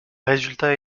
résultats